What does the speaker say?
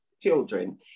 children